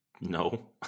No